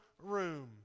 room